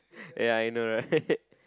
ya I know right